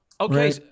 okay